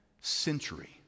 century